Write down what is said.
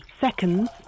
seconds